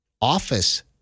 office